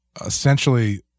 essentially